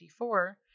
54